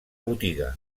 botiga